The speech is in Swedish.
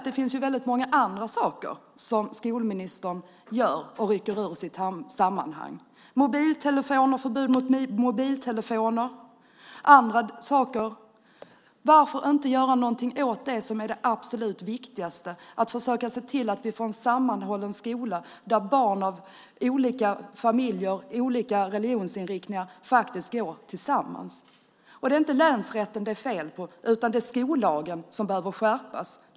Det finns väldigt många andra saker som utbildningsministern rycker ut ur sitt sammanhang, till exempel förbud mot mobiltelefoner. Varför inte göra någonting åt det som är det absolut viktigaste, nämligen att se till att vi får en sammanhållen skola där barn från olika familjer med olika religionsinriktningar går tillsammans? Det är inte länsrätten det är fel på, utan det är skollagen som behöver skärpas.